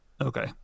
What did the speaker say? Okay